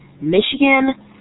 Michigan